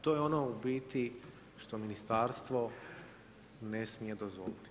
TO je ono u biti što Ministarstvo ne smije dozvoliti.